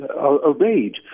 obeyed